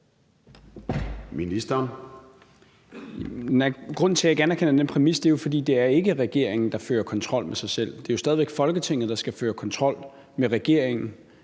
Grunden til, jeg ikke anerkender den præmis, er, at det ikke er regeringen, der fører kontrol med sig selv. Det er jo stadig væk Folketinget, der skal føre kontrol med regeringen